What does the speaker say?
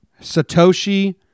Satoshi